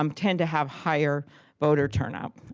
um tend to have higher voter turnout.